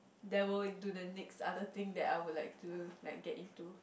there were into the next other thing that I would like to like get into